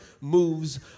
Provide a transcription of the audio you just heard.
moves